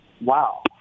wow